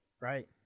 Right